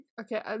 okay